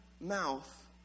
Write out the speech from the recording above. mouth